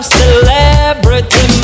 celebrity